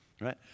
right